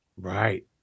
Right